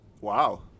Wow